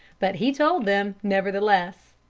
but he told them, nevertheless.